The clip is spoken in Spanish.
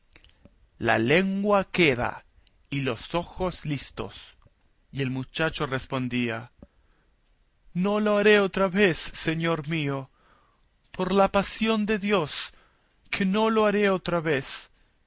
la lengua queda y los ojos listos y el muchacho respondía no lo haré otra vez señor mío por la pasión de dios que no lo haré otra vez